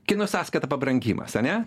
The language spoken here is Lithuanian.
kieno sąskaita pabrangimas ane